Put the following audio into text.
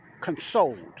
consoled